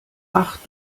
ach